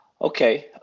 Okay